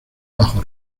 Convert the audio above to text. bajo